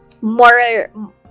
more